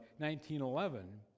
1911